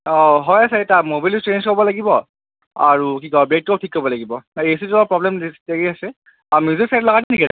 অ হয় ম'বিলটো চেঞ্জ কৰিব লাগিব আৰু কি কয় ব্ৰেকটোও ঠিক কৰিব লাগিব এচিটোও প্ৰব্লেম দি আছে আৰু মিউজিক ছেট লগাই দিওঁ নেকি